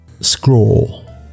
scroll